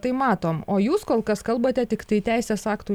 tai matom o jūs kol kas kalbate tiktai teisės aktų